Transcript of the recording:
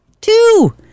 two